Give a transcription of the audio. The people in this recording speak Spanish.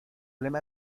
lema